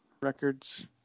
records